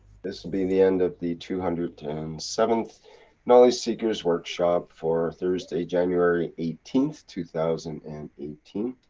this'll be the end of the two hundred and seventh knowledge seekers workshop, for thursday, january eighteenth, two thousand and eighteen.